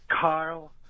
Carl